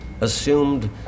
assumed